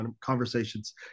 conversations